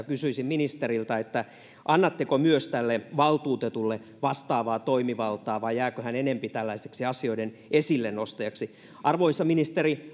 kysyisin ministeriltä annatteko myös tälle valtuutetulle vastaavaa toimivaltaa vai jääkö hän enempi tällaiseksi asioiden esille nostajaksi arvoisa ministeri